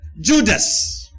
Judas